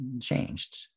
changed